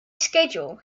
schedule